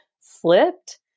slipped